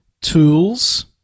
tools